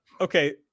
okay